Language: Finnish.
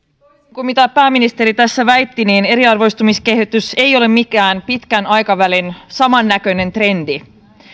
kuin pääministeri tässä väitti eriarvoistumiskehitys ei ole mikään pitkän aikavälin samannäköinen trendi